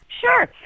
Sure